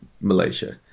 Malaysia